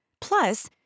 Plus